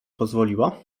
pozwoliła